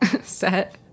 set